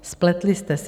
Spletli jste se.